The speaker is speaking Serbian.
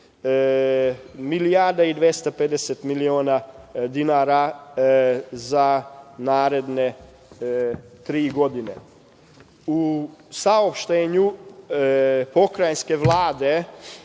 i 250 miliona dinara za naredne tri godine.U saopštenju pokrajinske Vlade